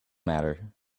matter